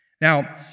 Now